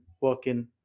working